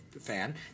fan